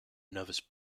nervous